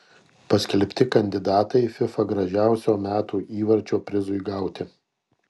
paskelbti kandidatai fifa gražiausio metų įvarčio prizui gauti